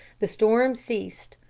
the storm ceased.